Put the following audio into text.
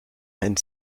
and